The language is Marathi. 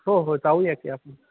हो हो जाऊया की आपण